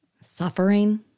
Suffering